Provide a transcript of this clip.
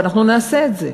ואנחנו נעשה את זה,